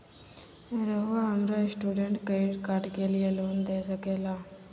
रहुआ हमरा student credit card के लिए लोन दे सके ला?